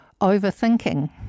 Overthinking